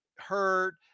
hurt